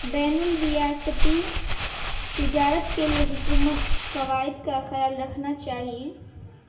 بین الریاستی تجارت کے لیے حکومت قواعد کا خیال رکھنا چاہیے